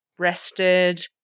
rested